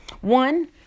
One